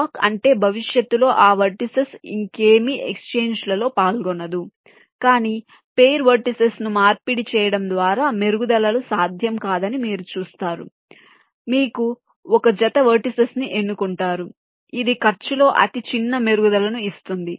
lock అంటే భవిష్యత్తులో ఆ వెర్టిసిస్ ఇంకేమీ ఎక్స్ఛేంజీలలో పాల్గొనవు కానీ పెయిర్ వెర్టిసిస్ ను మార్పిడి చేయడం ద్వారా మెరుగుదలలు సాధ్యం కాదని మీరు చూస్తే మీరు ఒక జత వెర్టిసిస్ ను ఎన్నుకుంటారు ఇది ఖర్చులో అతి చిన్న పెరుగుదలను ఇస్తుంది